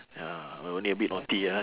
ya we only a bit naughty ah